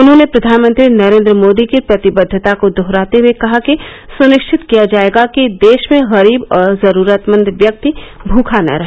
उन्होंने प्रवानमंत्री नरेंद्र मोदी की प्रतिबद्दता को दोहराते हए कहा कि सुनिश्चित किया जाएगा कि देश में गरीब और जरूरतमंद व्यक्ति भुखा नहीं रहे